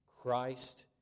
Christ